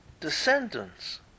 descendants